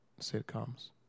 sitcoms